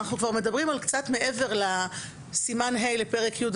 אנחנו מדברים על קצת מעבר לסימן ה' לפרק י',